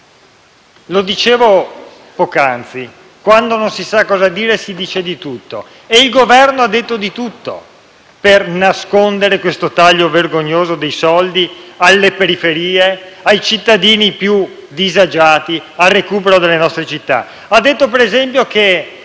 Dicevo poc'anzi che, quando non si sa cosa dire, si dice di tutto e il Governo ha detto di tutto per nascondere questo taglio vergognoso dei soldi alle periferie, ai cittadini più disagiati e al recupero delle nostre città.